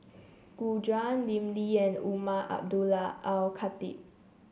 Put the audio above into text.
Gu Juan Lim Lee and Umar Abdullah Al Khatib